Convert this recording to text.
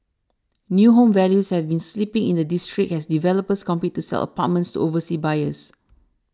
new home values have been slipping in the district as developers compete to sell apartments to overseas buyers